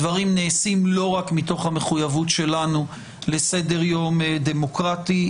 הדברים נעשים לא רק מתוך המחויבות שלנו לסדר-יום דמוקרטי,